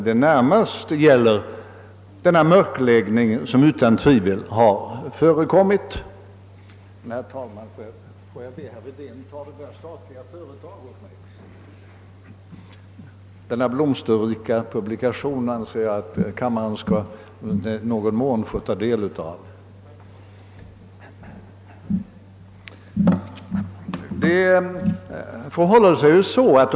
Den mörkläggning som utan tvivel har förekommit gäller närmast förhållandena under 1967 och 1968.